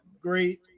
great